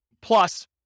plus